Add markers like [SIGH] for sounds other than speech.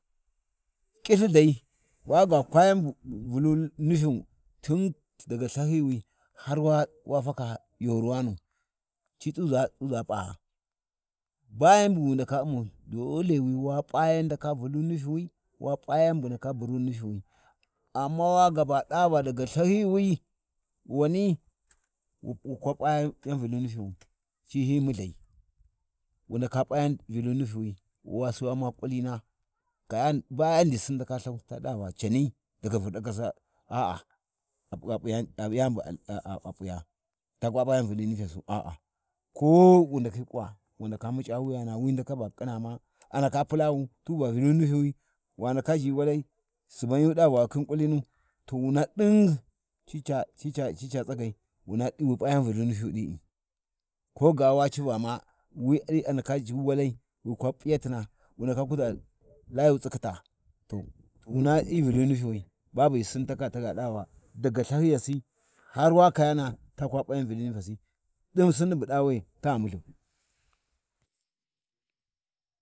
﻿ [NOISE] ƙilthi dai wa kwa yan Vulu kufyu, tun daga Lthahyiwi, har wa-wa fuka yoruwanu, ci ɗuza p’aa, dole wa p’a yan ndaka Vulu nufiwi, wa p’a yan ndaka buru nufiwi, amma wa gaba ɗava daga Lthahyiwi, wani wu kwa p’a yan Vulu mufyiwu, Ci hyi Mulhai, wu ndaka p’a yau Vulu mufyiwi, Sai wa u'ma ƙulina, kayana ba yaddai Sinni ndaka Lthau, ta ɗava cani daga vurɗakasi, a a, a p [HESITATION] ap’ yan api-yani bu a p’aya, ta kwa yan Vuli nufyasi, a,a, ko wu ndakhi ƙuwa wu ndaka muc’a wuyana, ui andaka ba ƙina ma, a ndaka pulawu, tuba Vulu nifiwi wa ndaka ʒhi walai, Suban yu ɗava wa khin ƙulini to wuna ɗin cica—cica tsagai, wuna ɗi wi p’a yan Vulu nufyu ɗi’i. Koga wa civa ma wi a ndaka ʒhu walai, wi kwa p’iyatina wu ndaka kuʒa Layau tsikhita, to wu na hyi Vulu nufyiwi, babu ghi sinni lakaa taba ɗava ghi Lthahyiyasi har wa kayana,a ta kwan yan Vula nufyesi, Sina Sinni buɗa we, ta mulhau.